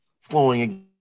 flowing